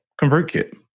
ConvertKit